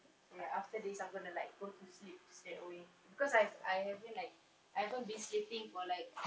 K after this I'm gonna like go to sleep straightaway because I've I haven't like I haven't been sleeping for like